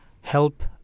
help